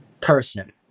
person